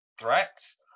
threats